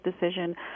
decision